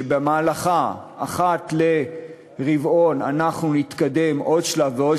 שבמהלכה אחת לרבעון אנחנו נתקדם עוד שלב ועוד